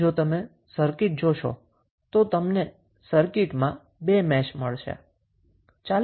હવે જો તમે સર્કિટ જોશો તો તમને સર્કિટમાં બે મેશ મળશે